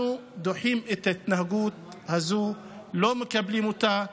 אנחנו דוחים את ההתנהגות הזו, לא מקבלים אותה.